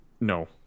No